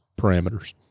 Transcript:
parameters